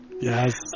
Yes